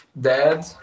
dead